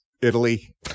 Italy